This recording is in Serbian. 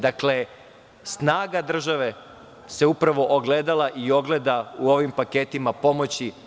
Dakle, snaga države se upravo ogledala i ogleda u ovim paketima pomoći.